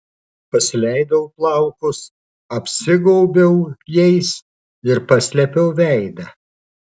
pasileidau plaukus apsigaubiau jais ir paslėpiau veidą